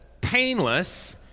painless